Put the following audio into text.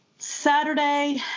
Saturday